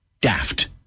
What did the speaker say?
daft